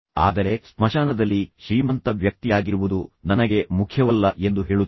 ಆದರೆ ಸ್ಮಶಾನದಲ್ಲಿ ಅತ್ಯಂತ ಶ್ರೀಮಂತ ವ್ಯಕ್ತಿಯಾಗಿರುವುದು ನನಗೆ ಮುಖ್ಯವಲ್ಲ ಎಂದು ಅವರು ಹೇಳುತ್ತಾರೆ